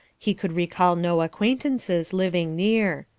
he could recall no acquaintances living near.